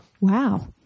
Wow